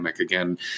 Again